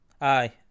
Aye